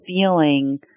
feeling